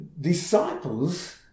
disciples